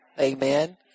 Amen